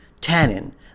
tannin